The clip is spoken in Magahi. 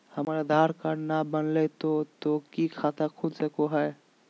हमर आधार कार्ड न बनलै तो तो की खाता खुल सको है?